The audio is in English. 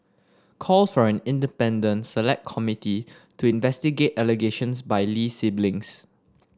calls for an independent select committee to investigate allegations by Lee siblings